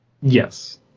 Yes